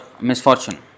misfortune